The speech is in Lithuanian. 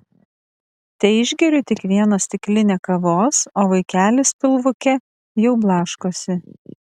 teišgeriu tik vieną stiklinę kavos o vaikelis pilvuke jau blaškosi